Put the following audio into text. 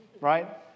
right